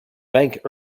bank